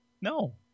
no